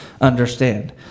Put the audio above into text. understand